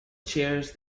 chairs